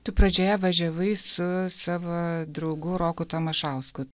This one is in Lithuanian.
tu pradžioje važiavai su savo draugu roku tamašausku